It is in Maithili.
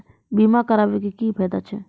बीमा कराबै के की फायदा छै?